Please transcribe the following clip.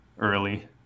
early